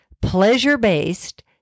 pleasure-based